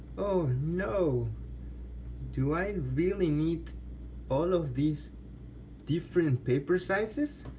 oh no do i really need all of these different paper sizes?